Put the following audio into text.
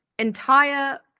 entire